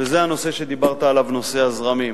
וזה הנושא שדיברת עליו, נושא הזרמים.